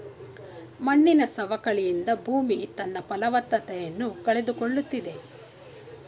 ಮಣ್ಣಿನ ಸವಕಳಿಯಿಂದ ಭೂಮಿ ತನ್ನ ಫಲವತ್ತತೆಯನ್ನು ಕಳೆದುಕೊಳ್ಳುತ್ತಿದೆ